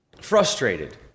frustrated